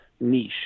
niche